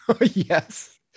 Yes